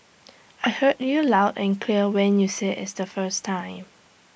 I heard you loud and clear when you said is the first time